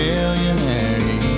Millionaire